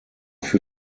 für